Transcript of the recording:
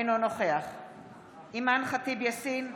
אינו נוכח אימאן ח'טיב יאסין,